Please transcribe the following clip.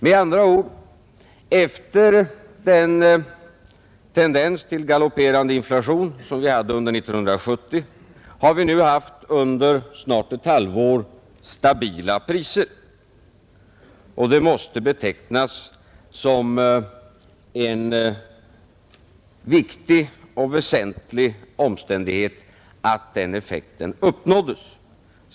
Med andra ord: efter den tendens till galopperande inflation som vi hade under 1970 har vi nu under snart ett halvår haft stabila priser. Det måste betecknas som en viktig och väsentlig omständighet att den effekten uppnåddes.